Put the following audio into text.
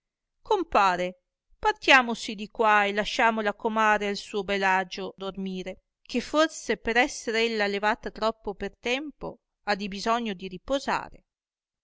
compare partiamosi di qua e lasciamo la comare a suo bel agio dormire che forse per esser ella levata troppo per tempo ha dibisogno di riposare